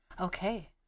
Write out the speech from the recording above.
Okay